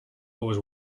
goes